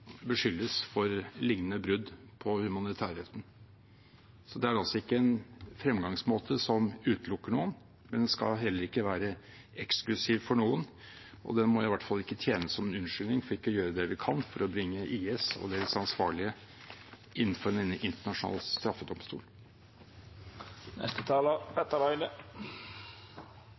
beskyldes for lignende brudd på humanitærretten. Det er altså ikke en fremgangsmåte som utelukker noen, men den skal heller ikke være eksklusiv for noen, og den må i hvert fall ikke tjene som unnskyldning for ikke å gjøre det vi kan for å bringe IS og deres ansvarlige inn for Den internasjonale straffedomstol.